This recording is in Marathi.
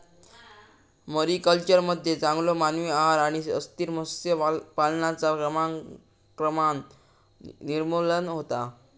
मरीकल्चरमध्ये चांगलो मानवी आहार आणि अस्थिर मत्स्य पालनाचा क्रमाक्रमान निर्मूलन होता